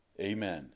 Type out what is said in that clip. Amen